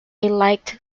liked